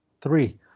three